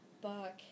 book